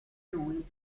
lui